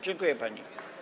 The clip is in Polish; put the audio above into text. Dziękuję pani.